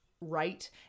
right